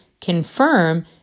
confirm